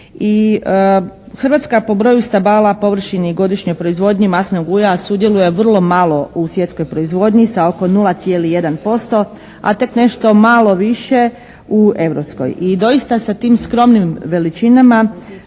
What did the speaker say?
Hrvatska po broju stabala, površini i godišnjoj proizvodnji maslinovog ulja sudjeluje vrlo malo u svjetskoj proizvodnji, sa oko 0,1%, a tek nešto malo više u europskoj